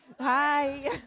Hi